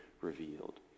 revealed